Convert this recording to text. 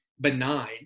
benign